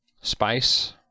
spice